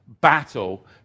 battle